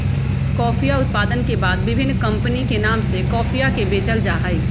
कॉफीया उत्पादन के बाद विभिन्न कमपनी के नाम से कॉफीया के बेचल जाहई